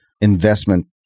investment